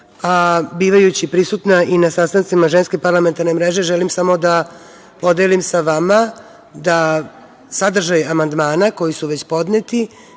bivajući prisutna i na sastancima Ženske parlamentarne mreže, želim samo da podelim sa vama da sadržaji amandmana koji su podneti,